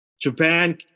Japan